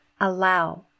Allow